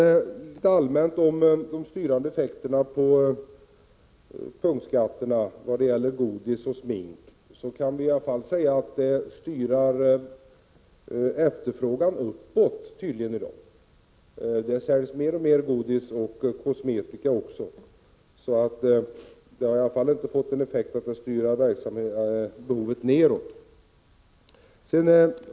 Allmänt kan jag när det gäller de styrande effekterna av punktskatterna på godis och smink säga att de i dag tydligen ökar efterfrågan. Det säljs mer och mer godis, och även kosmetika. De har i varje fall inte fått effekten att minska konsumtionen.